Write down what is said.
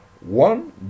one